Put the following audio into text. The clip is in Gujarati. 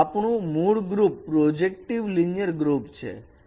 તો આપણું મૂળ ગ્રુપ પ્રોજેક્ટીવ લિનિયર ગ્રુપ છે